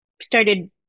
started